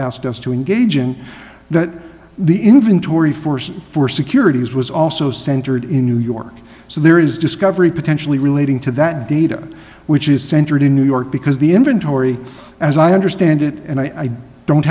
asked us to engage in that the inventory force for securities was also centered in new york so there is discovery potentially relating to that data which is centered in new york because the inventory as i understand it and i don't